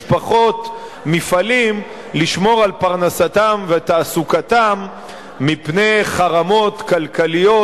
משפחות ומפעלים לשמור על פרנסתם ותעסוקתם מפני חרמות כלכליים,